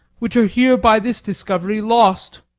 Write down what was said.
which are here by this discovery lost.